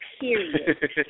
period